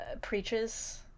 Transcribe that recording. preaches